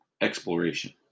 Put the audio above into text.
exploration